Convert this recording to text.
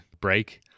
break